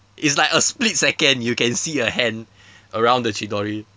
it's like a split second you can see a hand around the chidori